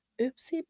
oopsie